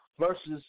versus